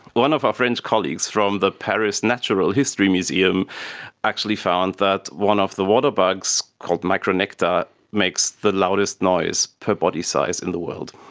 one of our friend's colleagues from the paris natural history museum actually found that one of the water bugs called micronecta makes the loudest noise per body size in the world.